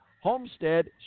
homestead